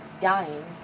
dying